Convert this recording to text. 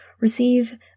receive